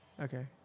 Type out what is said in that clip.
okay